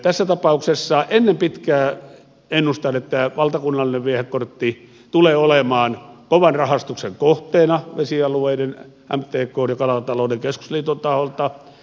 tässä tapauksessa ennustan että ennen pitkää valtakunnallinen viehekortti tulee olemaan kovan rahastuksen kohteena vesialueiden mtkn ja kalatalouden keskusliiton taholta